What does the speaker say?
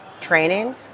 training